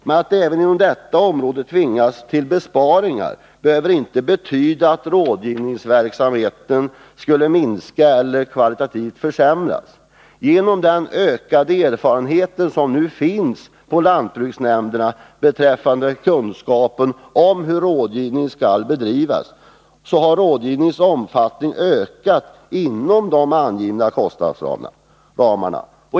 Men att man även inom detta område tvingas till besparingar behöver inte betyda att rådgivningsverksamheten skulle minska eller kvalitatitvt försämras. Genom den utökade erfarenhet och kunskap som nu finns på lantbruksnämnderna om hur rådgivning skall bedrivas har rådgivningens omfattning ökat inom de angivna kostnadsramarna.